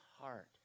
heart